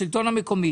השלטון המקומי